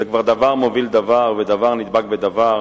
זה כבר, דבר מוביל דבר, ודבר נדבק בדבר,